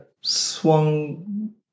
swung